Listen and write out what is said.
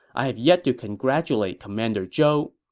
i have yet to congratulate commander zhou.